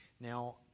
Now